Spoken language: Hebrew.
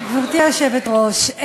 גברתי היושבת-ראש,